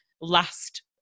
last